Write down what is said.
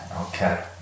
Okay